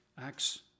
Acts